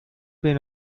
been